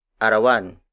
Arawan